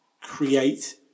create